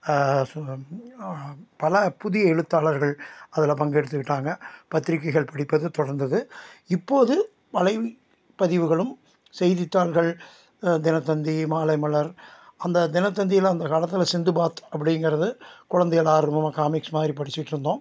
பல புதிய எழுத்தாளர்கள் அதில் பங்கெடுத்துக்கிட்டாங்க பத்திரிக்கைகள் படிப்பது தொடர்ந்தது இப்போது வலைப்பதிவுகளும் செய்தித்தாள்கள் தினத்தந்தி மாலைமலர் அந்த தினத்தந்திலாம் அந்த காலத்தில் சிந்துபாத் அப்படிங்கிறது குழந்தைங்கள் ஆர்வமாக காமிக்ஸ் மாதிரி படிச்சுட்ருந்தோம்